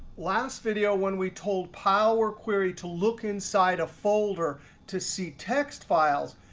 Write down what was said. last video when we told power query to look inside a folder to see text files,